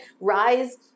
rise